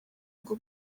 bwo